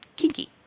kinky